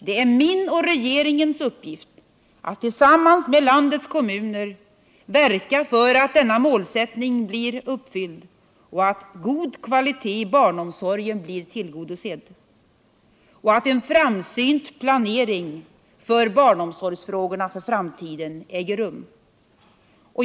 Det är min och regeringens uppgift att tillsammans med landets kommuner verka för att denna målsättning blir uppfylld, att kravet på god kvalitet i barnomsorgen blir tillgodosett och att en framsynt planering för barnomsorgsfrågorna för framtiden äger rum.